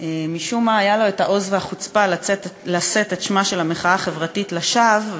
משום מה היו לו העוז והחוצפה לשאת את שמה של המחאה החברתית לשווא,